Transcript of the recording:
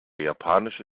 japanische